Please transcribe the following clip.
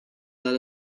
let